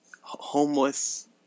homeless